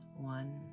One